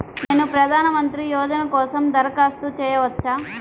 నేను ప్రధాన మంత్రి యోజన కోసం దరఖాస్తు చేయవచ్చా?